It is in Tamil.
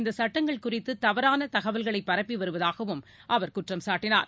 இந்த சட்டங்கள் குறித்து தவறான தகவல்களை பரப்பி வருவதாகவும் அவர் குற்றம் சாட்டினார்